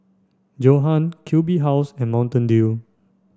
Johan Q B House and Mountain Dew